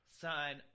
sign